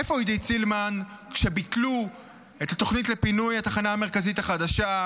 איפה עידית סילמן כשביטלו את התוכנית לפינוי התחנה המרכזית החדשה?